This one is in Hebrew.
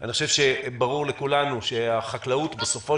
אני חושב שברור לכולנו שהחקלאות בסופו